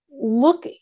look